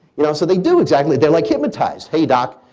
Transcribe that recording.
you know, so, they do exactly, they're like hypnotized, hey doc,